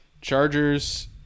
Chargers